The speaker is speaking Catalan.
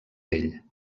pell